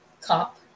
cop